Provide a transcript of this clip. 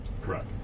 Correct